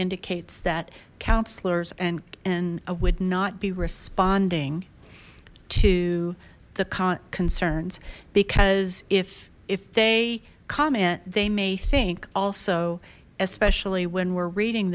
indicates that counselors and and would not be responding to the concerns because if if they comment they may think also especially when we're reading